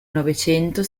novecento